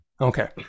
okay